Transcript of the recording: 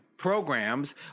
Programs